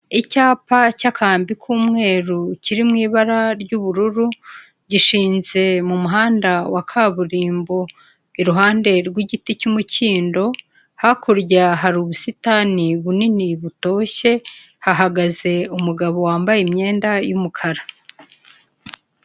Icyapa cy'akambi k'umweru kiri mu ibara ry'ubururu gishinze m'umuhanda wa kaburimbo iruhande rw'igiti cy'umukindo, hakurya hari ubusitani bunini butoshye hahagaze umugabo wambaye imyenda y'umukara.